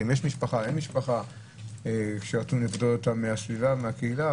אם יש משפחה, אין משפחה --- מהסביבה, מהקהילה.